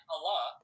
Allah